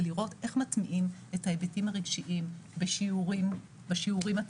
זה לראות איך מטמיעים את ההיבטים הרגשיים בשיעורים עצמם,